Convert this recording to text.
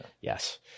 Yes